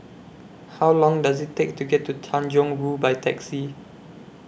How Long Does IT Take to get to Tanjong Rhu By Taxi